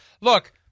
Look